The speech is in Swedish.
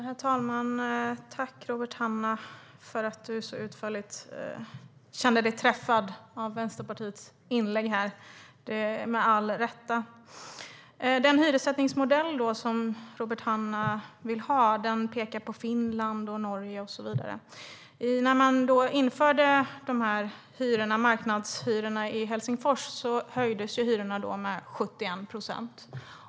Herr talman! Tack, Robert Hannah, för att du så utförligt kände dig träffad av Vänsterpartiets inlägg. Det var med all rätt. Den hyressättningsmodell som Robert Hannah vill ha pekar mot Finland, Norge och så vidare. När man införde marknadshyror i Helsingfors höjdes hyrorna med 71 procent.